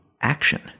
action